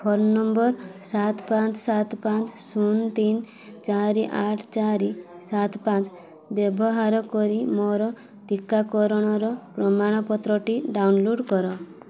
phone number ସାତ ପାଞ୍ଚ ସାତ ପାଞ୍ଚ ଶୂନ ତିନି ଚାରି ଆଠ ଚାରି ସାତ ପାଞ୍ଚ ବ୍ୟବହାର କରି ମୋର ଟିକାକରଣର ପ୍ରମାଣପତ୍ରଟି ଡାଉନଲୋଡ଼୍ କର